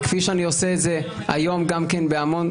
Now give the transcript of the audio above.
כפי שאני עושה את זה היום גם כן במאות,